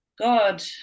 God